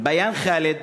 ביאן ח'אלד,